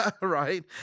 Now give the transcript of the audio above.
right